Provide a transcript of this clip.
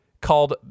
called